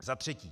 Za třetí.